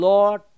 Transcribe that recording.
Lord